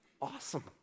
Awesome